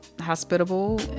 hospitable